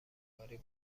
کاری